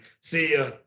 see